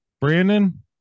brandon